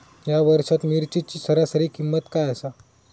या वर्षात मिरचीची सरासरी किंमत काय आसा?